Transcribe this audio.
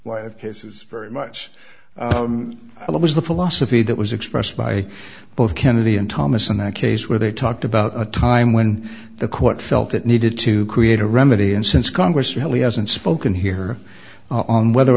of cases very much i love is the philosophy that was expressed by both kennedy and thomas in that case where they talked about a time when the court felt it needed to create a remedy and since congress really hasn't spoken here on whether